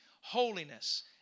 Holiness